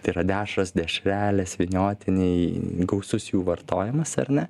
tai yra dešros dešrelės vyniotiniai gausus jų vartojimas ar ne